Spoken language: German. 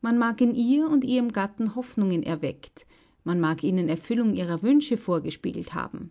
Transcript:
man mag in ihr und ihrem gatten hoffnungen erweckt man mag ihnen erfüllung ihrer wünsche vorgespiegelt haben